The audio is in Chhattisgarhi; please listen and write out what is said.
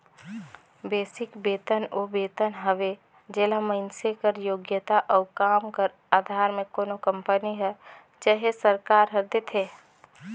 बेसिक बेतन ओ बेतन हवे जेला मइनसे कर योग्यता अउ काम कर अधार में कोनो कंपनी हर चहे सरकार हर देथे